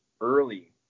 early